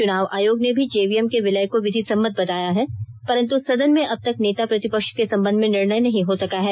चुनाव आयोग ने भी जेवीएम के विलय को विधिसम्मत बताया है परंतु सदन में अबतक नेता प्रतिपक्ष के संबंध में निर्णय नहीं हो सका है